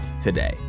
today